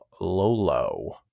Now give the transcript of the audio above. Lolo